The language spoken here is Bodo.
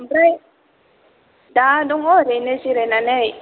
आमफ्रय दा दङ एरैनो जिरायनानै